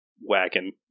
wagon